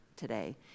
today